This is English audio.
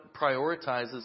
prioritizes